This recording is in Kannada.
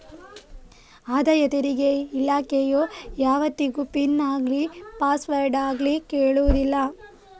ಆದಾಯ ತೆರಿಗೆ ಇಲಾಖೆಯು ಯಾವತ್ತಿಗೂ ಪಿನ್ ಆಗ್ಲಿ ಪಾಸ್ವರ್ಡ್ ಆಗ್ಲಿ ಕೇಳುದಿಲ್ಲ